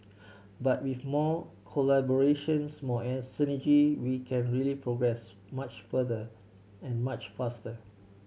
but with more collaborations more synergy we can really progress much further and much faster